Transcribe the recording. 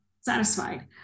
satisfied